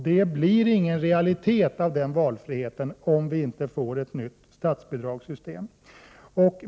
Det blir inte någon realitet av den valfriheten om inte ett nytt statsbidragssystem införs.